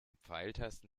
pfeiltasten